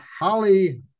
Holly